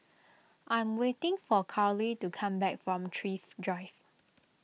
I am waiting for Karly to come back from Thrift Drive